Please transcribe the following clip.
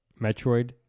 Metroid